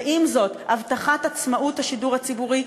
ועם זאת עצמאות השידור הציבורי,